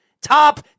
Top